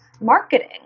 marketing